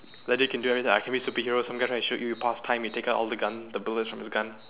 like that can do everything I can be superheroes take gun and shoot you pause time and we take out all the gun the bullets from the gun